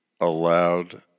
allowed